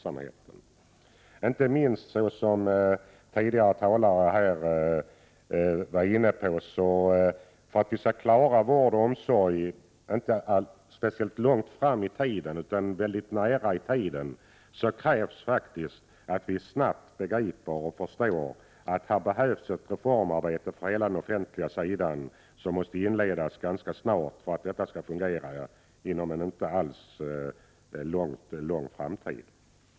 Inte minst krävs det, såsom tidigare talare har varit inne på, för att vi skall klara vård och omsorg inte allt för långt in i framtiden, att vi snabbt begriper att det behövs ett ordentligt reformarbete på hela den offentliga sidan och att det måste inledas ganska snart för att inte allt skall sluta fungera inom en inte alltför avlägsen framtid.